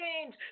change